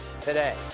today